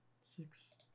Six